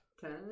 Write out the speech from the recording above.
ten